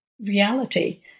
reality